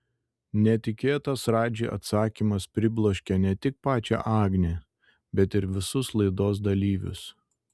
netikėtas radži atsakymas pribloškė ne tik pačią agnę bet ir visus laidos dalyvius